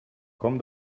komm